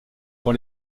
pour